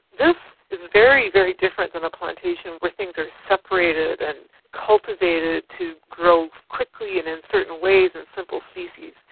this is very, very different than a plantation where things are separated and cultivated to grow quickly and in certain ways and simple species.